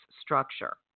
structure